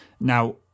Now